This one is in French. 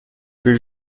peu